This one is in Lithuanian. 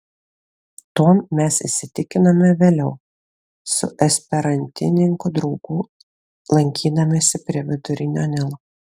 tuom mes įsitikinome vėliau su esperantininkų draugu lankydamiesi prie vidurinio nilo